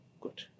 Good